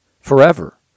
forever